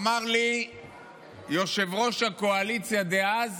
אמר לי יושב-ראש הקואליציה דאז